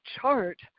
chart